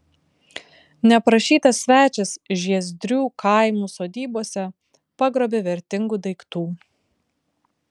neprašytas svečias žiezdrių kaimų sodybose pagrobė vertingų daiktų